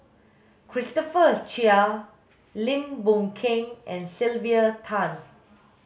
Christopher Chia Lim Boon Keng and Sylvia Tan